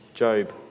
Job